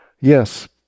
Yes